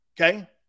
okay